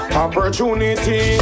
opportunity